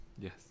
Yes